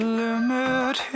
limit